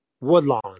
Woodlawn